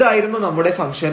ഇതായിരുന്നു നമ്മുടെ ഫംഗ്ഷൻ